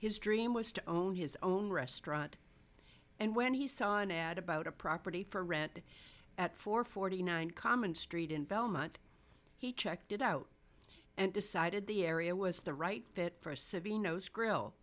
his dream was to own his own restaurant and when he saw an ad about a property for rent at four forty nine common street in belmont he checked it out and decided the area was the right fit for